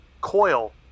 coil